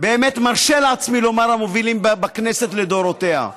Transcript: אני מרשה לעצמי לומר, המובילים בכנסת לדורותיה.